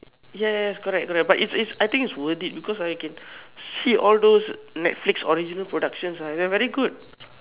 yes correct correct is is I think its worth it because I can see all those netflix original productions ah they are very good